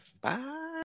Bye